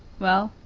well,